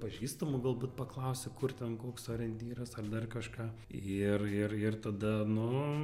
pažįstamų galbūt paklausi kur ten koks orientyras ar dar kažką ir ir ir tada nu